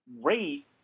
rate